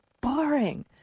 boring